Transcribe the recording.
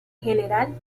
general